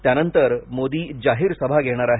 त्यानंतर मोदी जाहीर सभा घेणार आहेत